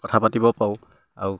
কথা পাতিব পাৰোঁ আৰু